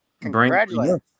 Congratulations